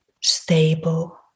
stable